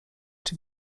czy